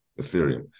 ethereum